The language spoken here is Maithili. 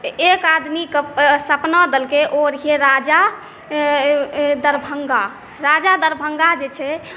एक आदमीके सपना देलकै ओ रहै राजा दरभङ्गा राजा दरभङ्गा जे छै